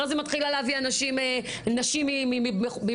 אחרי זה מתחילה להביא נשים מבחוץ.